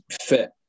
fit